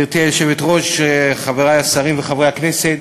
גברתי היושבת-ראש, חברי השרים וחברי הכנסת,